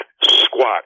squat